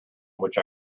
which